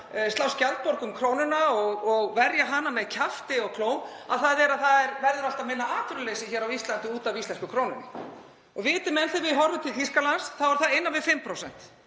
slá skjaldborg um krónuna og verja hana með kjafti og klóm, að það verði alltaf minna atvinnuleysi á Íslandi út af íslensku krónunni. Og viti menn, þegar við horfum til Þýskalands er það innan við 5%